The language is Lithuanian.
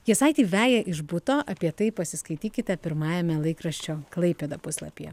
jasaitį veja iš buto apie tai pasiskaitykite pirmajame laikraščio klaipėda puslapyje